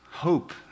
Hope